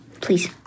please